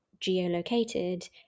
geolocated